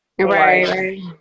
Right